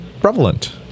prevalent